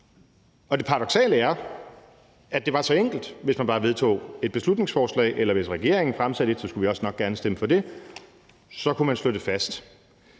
Det paradoksale er, at det er så enkelt, at hvis man bare vedtog et beslutningsforslag – eller hvis regeringen fremsatte et, skulle vi nok også gerne stemme for det – så kunne man slå det fast.